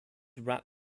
rat